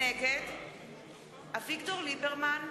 נגד אביגדור ליברמן,